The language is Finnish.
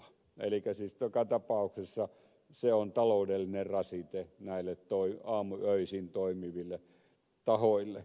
elikkä siis joka tapauksessa se on taloudellinen rasite näille aamuöisin toimiville tahoille